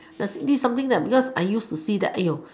this is something that because I use to see that